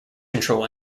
control